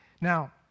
Now